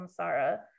samsara